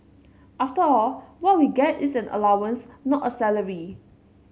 after all what we get is an allowance not a salary